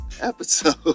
episode